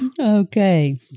Okay